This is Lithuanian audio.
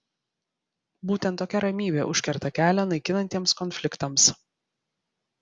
būtent tokia ramybė užkerta kelią naikinantiems konfliktams